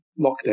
lockdown